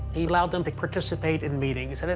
he allowed them to participate in meetings. and